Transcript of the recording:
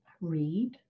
Read